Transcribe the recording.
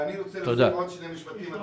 ואני רוצה להוסיף עוד שני משפטים,